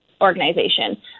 organization